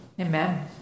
Amen